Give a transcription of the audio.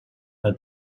her